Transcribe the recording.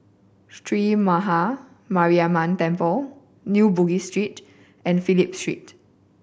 Sree Maha Mariamman Temple New Bugis Street and Phillip Street